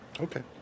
Okay